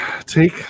take